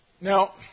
Now